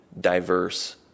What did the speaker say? diverse